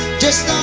just